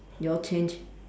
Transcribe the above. you all change